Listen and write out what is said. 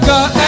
God